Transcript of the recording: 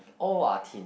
Ovaltine